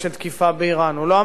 הוא אמר, זו אופציה לגיטימית.